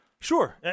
sure